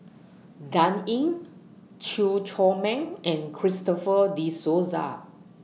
Dan Ying Chew Chor Meng and Christopher De Souza